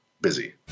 busy